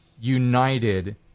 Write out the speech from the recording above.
united